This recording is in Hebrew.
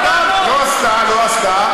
חבל, לא עשתה, לא עשתה.